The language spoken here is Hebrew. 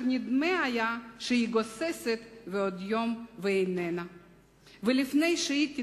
נדמה היה שהיא גוססת ועוד יום ואיננה.// ולפני שהיא תתפוגג,